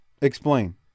Explain